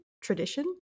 tradition